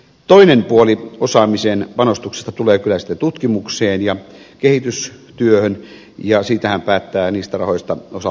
toinen puoli osaamisen panostuksesta tulee kyllä sitten tutkimukseen ja kehitystyöhön ja niistä rahoistahan päättää osaltaan tem